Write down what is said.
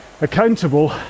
accountable